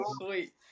sweet